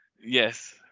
Yes